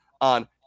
on